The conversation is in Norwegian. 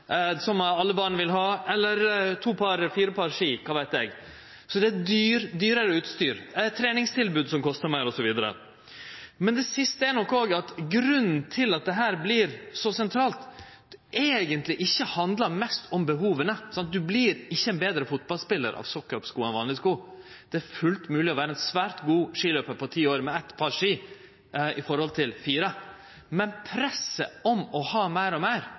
som alle barn vil ha, eller dei vil ha to par eller fire par ski, kva veit eg. Det er dyrare utstyr, eit treningstilbod som kostar meir, osv. Men det siste er nok at grunnen til at dette vert så sentralt, handlar eigentleg ikkje mest om behova. Ein vert ikkje ein betre fotballspelar av «sock up»-sko enn av vanlege sko – det er fullt mogleg å vere ein svært god skiløpar på ti år med eitt par ski i forhold til fire par. Men presset om å ha meir og meir,